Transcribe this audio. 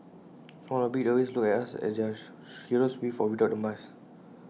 small or big they always look at us as their heroes with or without the mask